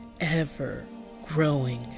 ever-growing